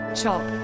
chop